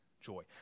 joy